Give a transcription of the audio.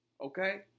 Okay